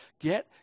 Get